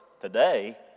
today